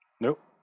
Nope